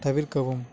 தவிர்க்கவும்